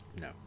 No